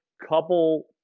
couple